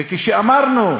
וכשאמרנו: